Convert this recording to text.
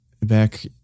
back